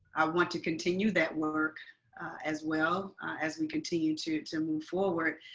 want to continue that work as well as we continue to to move forward,